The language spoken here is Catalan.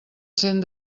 sent